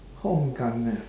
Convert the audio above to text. hong gan ah